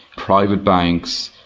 private banks,